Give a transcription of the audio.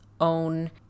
own